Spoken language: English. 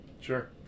Sure